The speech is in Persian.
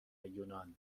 یونان